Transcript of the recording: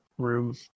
Room